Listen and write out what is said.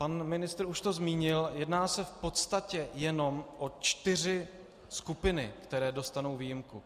Pan ministr už to zmínil jedná se v podstatě jenom o čtyři skupiny, které dostanou výjimku.